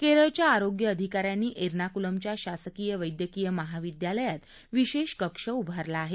केरळच्या आरोग्य अधिकाऱ्यांनी एर्नाकूलमच्या शासकीय वैद्यकीय महाविद्यालयात विशेष कक्ष उभारला आहे